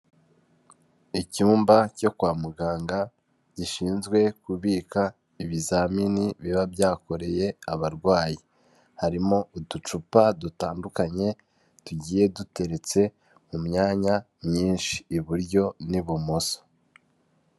Icyumba cyo kwa muganga gishinzwe kubika ibizamini biba byakoreye abarwayi, harimo uducupa dutandukanye, tugiye duteretse mu myanya myinshi iburyo n'ibumoso.